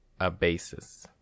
abasis